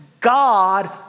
God